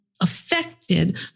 affected